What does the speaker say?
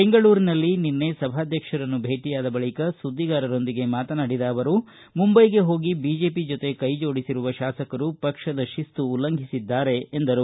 ಬೆಂಗಳೂರಿನಲ್ಲಿ ನಿನ್ನೆ ಸಭಾಧ್ಯಕ್ಷರನ್ನು ಭೇಟಿಯಾದ ಬಳಿಕ ಸುದ್ಧಿಗಾರರೊಂದಿಗೆ ಮಾತನಾಡಿದ ಅವರು ಮುಂಬೈಗೆ ಹೋಗಿ ಬಿಜೆಪಿ ಜೊತೆ ಕೈ ಜೋಡಿಸಿರುವ ಶಾಸಕರು ಪಕ್ಷದ ಶಿಸ್ತು ಉಲ್ಲಂಘಿಸಿದ್ದಾರೆ ಎಂದರು